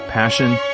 Passion